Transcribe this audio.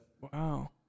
Wow